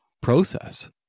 process